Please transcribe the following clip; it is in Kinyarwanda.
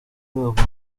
abone